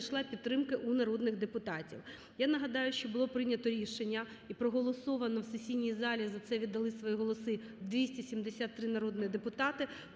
Дякую.